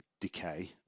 decay